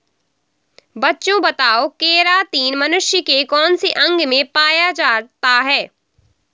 बच्चों बताओ केरातिन मनुष्य के कौन से अंग में पाया जाता है?